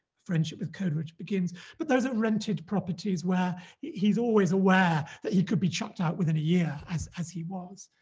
friendship with coleridge which begins but those are rented properties where he's always aware that he could be chucked out within a year as as he was.